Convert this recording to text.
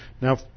Now